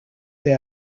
they